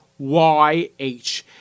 YH